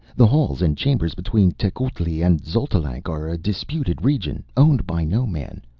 the halls and chambers between tecuhltli and xotalanc are a disputed region, owned by no man.